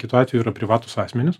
kitu atveju yra privatūs asmenys